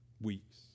weeks